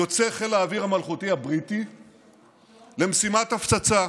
יוצא חיל האוויר המלכותי הבריטי למשימת הפצצה,